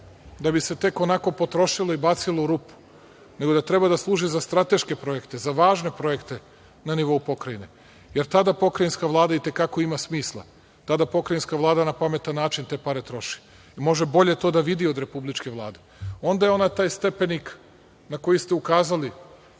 da bi se tek onako, potrošilo i bacilo u rupu, nego da treba da služi za strateške projekte, za važne projekte na nivou pokrajine. Jer, tada i Pokrajinska vlada i te kako ima smisla, tada Pokrajinska vlada na pametan način te pare troši, i može bolje to da vidi od Republičke vlade. Onda je ona taj stepenik na koji ste ukazali,